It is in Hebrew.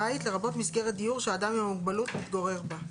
"בית" לרבות מסגרת דיור שהאדם עם המוגבלות מתגורר בה,